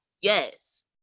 yes